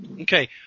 Okay